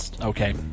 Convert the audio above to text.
Okay